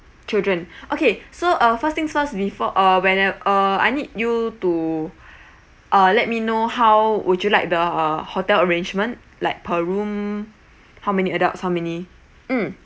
children okay so uh first things first before uh when at uh I need you to uh let me know how would you like the hotel arrangement like per room how many adults how many mm